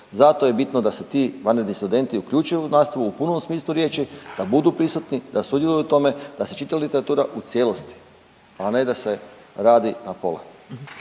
Zato je bitno da se ti vanredni studenti uključuju u nastavu u punom smislu riječi, da budu prisutni, da sudjeluju u tome, da se čita literatura u cijelosti, a ne da se radi napola.